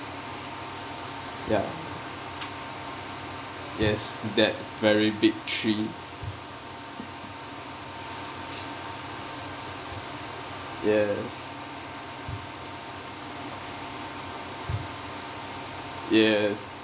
ya yes that very big three yes yes